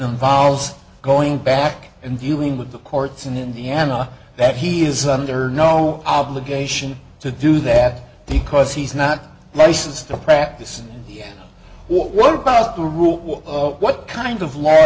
involves going back and viewing with the courts in indiana that he is under no obligation to do that because he's not nice and still practice and what about the rule what kind of la